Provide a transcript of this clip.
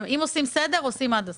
אם עושים סדר, עושים עד הסוף.